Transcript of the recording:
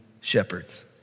shepherds